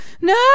no